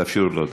תאפשרו לו לדבר.